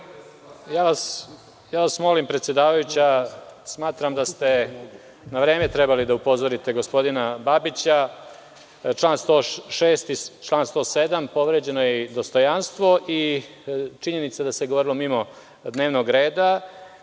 vas predsedavajuća, smatram da ste na vreme trebali da upozorite gospodina Babića. Član 106. i član 107. povređeno je i dostojanstvo i činjenica da se govorilo mimo dnevnog reda.